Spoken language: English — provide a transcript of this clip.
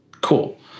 Cool